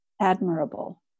admirable